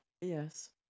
Yes